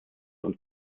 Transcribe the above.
und